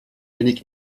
wenig